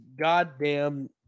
goddamn